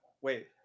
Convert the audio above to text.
Wait